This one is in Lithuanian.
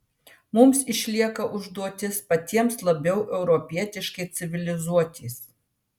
mums išlieka užduotis patiems labiau europietiškai civilizuotis